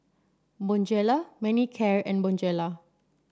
Bonjela Manicare and Bonjela